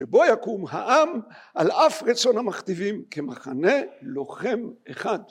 ‫ובו יקום העם על אף רצון המכתיבים ‫כמחנה לוחם אחד.